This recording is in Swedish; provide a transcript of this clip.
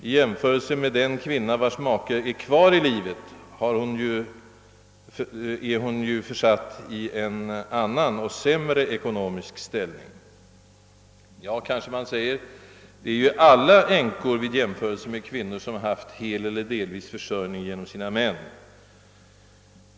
I jämförelse med den kvinna vars make är kvar i livet är hon försatt i en annan och sämre ekonomisk ställning. Ja, kanske man säger, det är ju alla änkor vid jämförelse med kvinnor som helt eller delvis fått sin försörjning genom mannen.